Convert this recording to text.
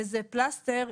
וזה פלסטר,